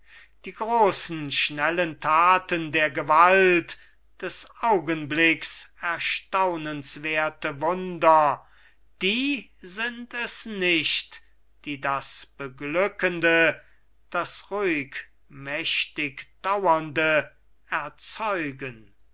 die großen schnellen taten der gewalt des augenblicks erstaunenswerte wunder die sind es nicht die das beglückende das ruhig mächtig daurende erzeugen